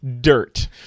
dirt